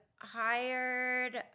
hired